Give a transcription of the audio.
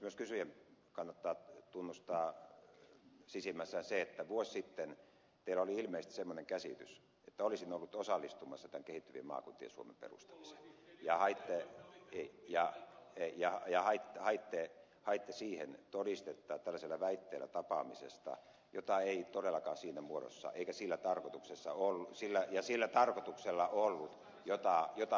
myös kysyjän kannattaa tunnustaa sisimmässään se että vuosi sitten teillä oli ilmeisesti semmoinen käsitys että olisin ollut osallistumassa tämän kehittyvien maakuntien suomen perustamiseen ja haitte siihen todistetta tällaisella väitteellä tapaamisesta jota ei todellakaan siinä muodossa eikä siinä tarkoituksessa on sillä ja sillä tarkoituksella ollut jota väitätte